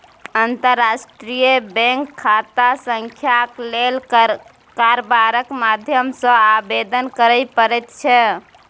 अंतर्राष्ट्रीय बैंक खाता संख्याक लेल कारबारक माध्यम सँ आवेदन करय पड़ैत छै